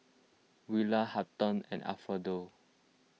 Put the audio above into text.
Willa Hampton and Alfredo